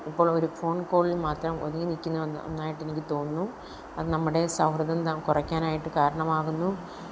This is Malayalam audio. ഇപ്പോളൊരു ഫോണ് കോളില് മാത്രം ഒതുങ്ങി നിൽക്കുന്ന ഒന് ഒന്നായിട്ടെനിക്കു തോന്നുന്നു അത് നമ്മുടെ സൗഹൃദം ത കുറയ്ക്കാനായിട്ട് കാരണമാകുന്നു